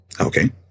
okay